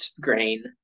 grain